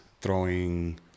throwing